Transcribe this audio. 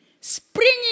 Springing